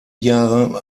jahre